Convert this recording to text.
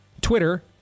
Twitter